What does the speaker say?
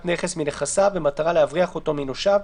נכס מנכסיו במטרה להבריח אותו מנושיו,